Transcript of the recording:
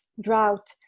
drought